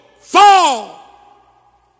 fall